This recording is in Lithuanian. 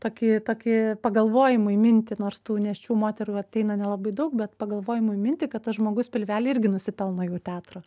tokį tokį pagalvojimui mintį nors tų nėščių moterų ateina nelabai daug bet pagalvojimui mintį kad tas žmogus pilvely irgi nusipelno jau teatro